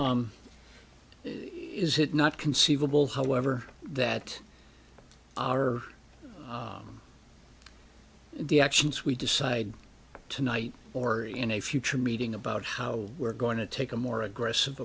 is it not conceivable however that are the actions we decide tonight or in a future meeting about how we're going to take a more aggressive